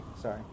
Sorry